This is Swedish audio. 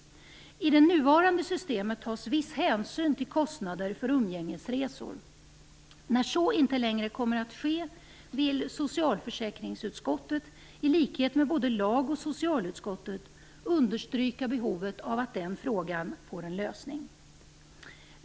I det nuvarande systemet tas viss hänsyn till kostnader för umgängesresor. När så inte längre kommer att ske vill socialförsäkringsutskottet, i likhet med både lagutskottet och socialutskottet, understryka behovet av att den frågan får en lösning.